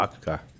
car